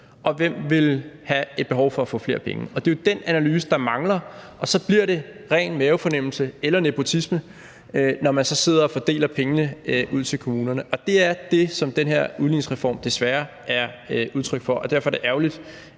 Og hvem har et behov for at få flere penge? Det er jo den analyse, der mangler, og så bliver det ren mavefornemmelse eller nepotisme, når man så sidder og deler pengene ud til kommunerne. Det er det, som den her udligningsreform desværre er udtryk for. Derfor er det ærgerligt,